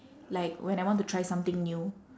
like when I want to try something new